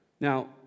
Now